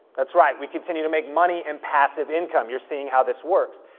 that's right, we continue to make money and passive income. you're seeing how this works.